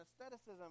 aestheticism